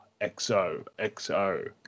XOXO